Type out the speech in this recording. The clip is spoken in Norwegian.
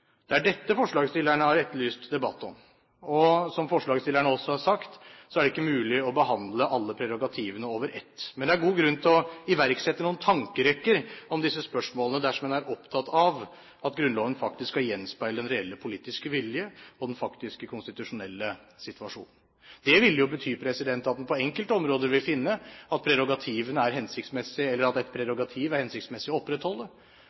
Det er dette forslagsstillerne har etterlyst debatt om, og som forslagsstillerne også har sagt, er det ikke mulig å behandle alle prerogativene over ett. Men det er god grunn til å iverksette noen tankerekker om disse spørsmålene dersom en er opptatt av at Grunnloven faktisk skal gjenspeile den reelle politiske vilje og den faktiske konstitusjonelle situasjon. Det ville jo bety at en på enkelte områder vil finne at prerogativene er hensiktsmessige å opprettholde, nettopp for å